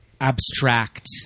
Abstract